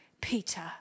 Peter